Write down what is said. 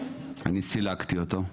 אני סילקתי אותו.